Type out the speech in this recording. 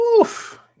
Oof